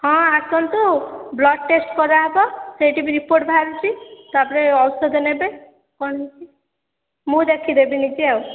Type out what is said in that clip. ହଁ ଆସନ୍ତୁ blood test କରାହେବ ସେଇଠି ବି ରିପୋର୍ଟ୍ ବାହାରୁଛି ତା'ପରେ ଔଷଧ ନେବେ କ'ଣ ହୋଇଛି ମୁଁ ଦେଖିଦେବି ନିଜେ ଆଉ